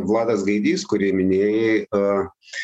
vladas gaidys kurį minėjai a